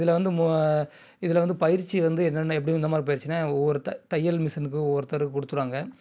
இதில் வந்து இதில் வந்து பயிற்சி வந்து என்னென்ன எப்படி விதமான பயிற்சின்னால் ஒவ்வொருத்த தையல் மிசினுக்கு ஒவ்வொருத்தர் கொடுத்துடுவாங்க